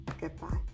goodbye